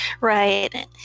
Right